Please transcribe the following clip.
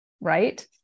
right